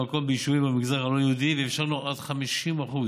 המקום ביישובים במגזר הלא-יהודי ואפשרנו עד 50%